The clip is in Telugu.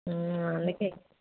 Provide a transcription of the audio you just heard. అందుకే